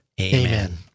Amen